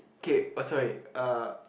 okay oh sorry uh